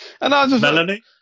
Melanie